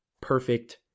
perfect